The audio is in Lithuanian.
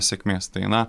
sėkmės tai na